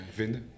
vinden